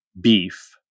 beef